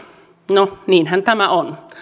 no niinhän tämä on